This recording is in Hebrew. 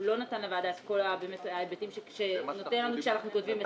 הוא לא נתן לוועדה את כל ההיבטים שהוא נותן כאשר אנחנו כותבים "מחקר".